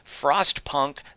Frostpunk